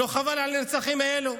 לא חבל על הנרצחים האלו?